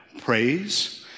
praise